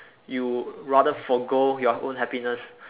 you rather forgo your own happiness